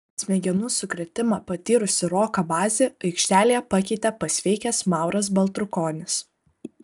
smegenų sukrėtimą patyrusį roką bazį aikštelėje pakeitė pasveikęs mauras baltrukonis